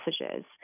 messages